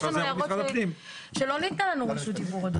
יש לנו הערות שלא ניתנה לנו רשות דיבור.